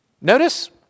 Notice